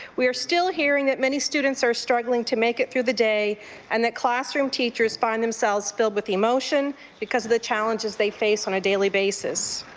we are still hearing that many students are struggling to make it through the day and that classroom teachers find themselves filled with emotion because of the challenges they face on a daily basis.